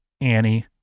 Annie